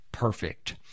perfect